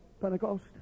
Pentecost